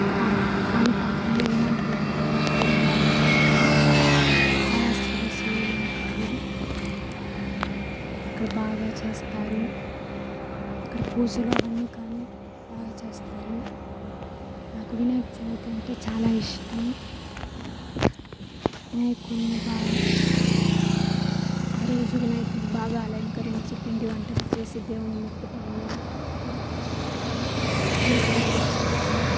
కా కానిపాకంలో వినాయకుడు ఉంటాడు అక్కడ కూడా బాగుంటుంది కాళహస్తిలో శివుడు ఉంటాడు అక్కడ బాగా చేస్తారు అక్కడ పూజలు అవన్నీ కానీ బాగా చేస్తారు నాకు వినాయక చవితి అంటే చాలా ఇష్టం వినాయకుడిని బాగా ఆరోజు వినాయకుడిని బాగా అలంకరించి పిండివంటలు చేసి దేవుణ్ణి మొక్కుతాము గుడికి వెళ్లేసి వస్తాము